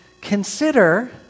consider